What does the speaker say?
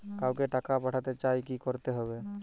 কাউকে টাকা পাঠাতে চাই কি করতে হবে?